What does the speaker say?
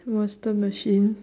monster machine